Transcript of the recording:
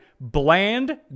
Bland